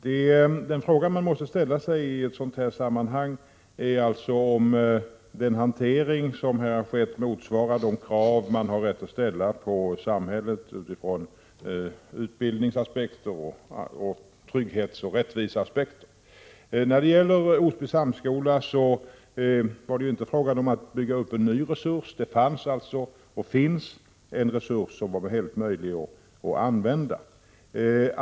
Den fråga man måste ställa sig i ett sådant här sammanhang är om den hantering som här har skett motsvarar de krav man har rätt att ställa på samhället utifrån utbildnings-, trygghetsoch rättviseaspekter. När det gäller Osby samskola var det inte fråga om att bygga ut en ny resurs. Det fanns och finns en resurs som var och är fullt möjlig att använda.